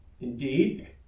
Indeed